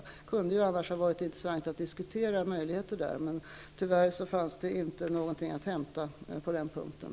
Det kunde annars ha varit intressant att diskutera möjligheter, men tyvärr fanns det inte någonting att hämta på den punkten.